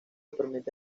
permite